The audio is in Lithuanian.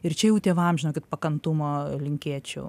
ir čia jau tėvam žinokit pakantumo linkėčiau